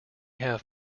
have